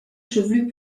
chevelu